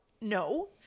No